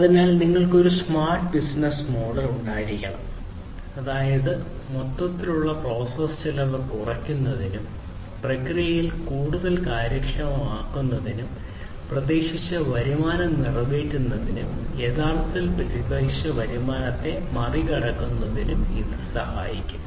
അതിനാൽ നിങ്ങൾക്ക് ഒരു സ്മാർട്ട് ബിസിനസ്സ് മോഡൽ ഉണ്ടായിരിക്കണം അതായത് മൊത്തത്തിലുള്ള പ്രോസസ്സ് ചെലവ് കുറയ്ക്കുന്നതിനും പ്രക്രിയകൾ കൂടുതൽ കാര്യക്ഷമമാക്കുന്നതിനും പ്രതീക്ഷിച്ച വരുമാനം നിറവേറ്റുന്നതിനും യഥാർത്ഥത്തിൽ പ്രതീക്ഷിച്ച വരുമാനത്തെ മറികടക്കുന്നതിനും ഇത് സഹായിക്കും